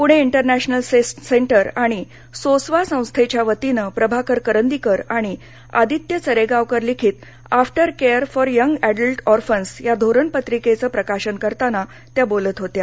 Pune international centre आणि सोसवा संस्थेच्या वतीने प्रभाकर करंदीकर आणि आदित्य चरेगांवकर लिखित aftercare for young adult orphans या धोरणपत्रिकेचे प्रकाशन करताना त्या बोलत होत्या